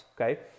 okay